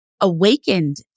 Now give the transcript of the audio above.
awakened